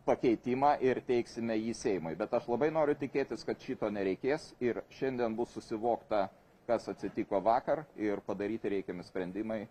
pakeitimą ir teiksime jį seimui bet aš labai noriu tikėtis kad šito nereikės ir šiandien bus susivokta kas atsitiko vakar ir padaryti reikiami sprendimai